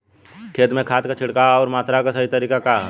खेत में खाद क छिड़काव अउर मात्रा क सही तरीका का ह?